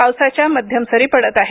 पावसाच्या मध्यम सरी पडत आहेत